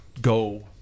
go